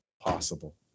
possible